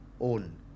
own